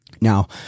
Now